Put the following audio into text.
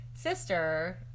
sister